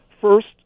First